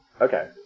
Okay